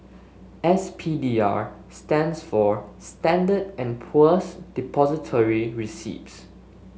S P D R stands for Standard and Poor's Depository Receipts